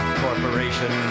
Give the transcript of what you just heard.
corporation